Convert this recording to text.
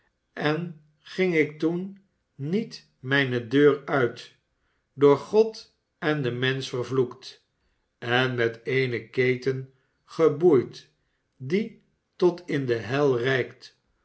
en ging ik toen niet mijne deur uit door god en de menschen vervloekt en met eene keten geboeid die tot in de hel reikt